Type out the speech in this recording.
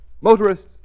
Motorists